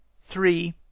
three